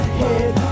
hit